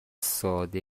ساده